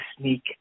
sneak